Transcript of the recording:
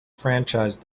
franchise